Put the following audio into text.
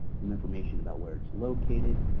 and information about where it's located,